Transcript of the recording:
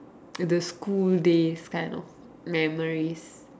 and the school days kind of memories